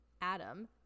Adam